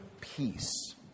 peace